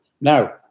Now